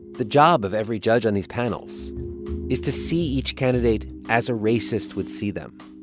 the job of every judge on these panels is to see each candidate as a racist would see them,